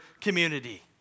community